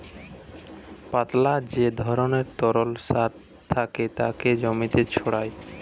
পাতলা যে ধরণের তরল সার থাকে তাকে জমিতে ছড়ায়